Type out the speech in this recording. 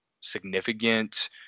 significant